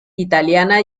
italiana